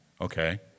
Okay